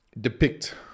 depict